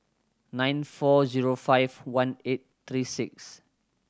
nine four zero five one eight three six